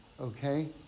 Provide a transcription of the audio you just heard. okay